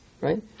right